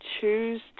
choose